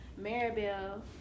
Maribel